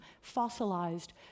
fossilized